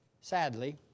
Sadly